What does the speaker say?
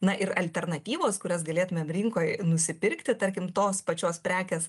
na ir alternatyvos kurias galėtumėm rinkoj nusipirkti tarkim tos pačios prekės